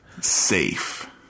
safe